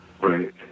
Right